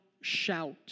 shout